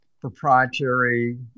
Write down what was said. proprietary